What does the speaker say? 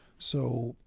so,